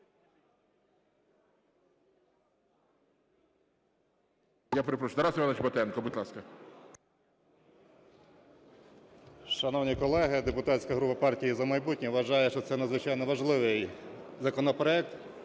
Я перепрошую. Тарас Іванович Батенко, будь ласка. 11:51:09 БАТЕНКО Т.І. Шановні колеги, депутатська група "Партія "За майбутнє" вважає, що це надзвичайно важливий законопроект.